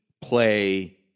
play